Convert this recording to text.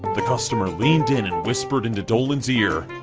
the customer leaned in and whispered into dolan's ear,